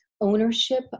ownership